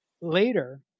later